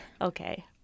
Okay